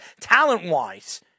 talent-wise